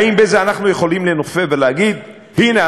האם בזה אנחנו יכולים לנופף ולהגיד: הנה,